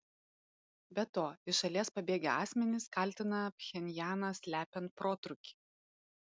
be to iš šalies pabėgę asmenys kaltina pchenjaną slepiant protrūkį